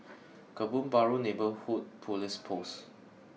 Kebun Baru neighbourhood police post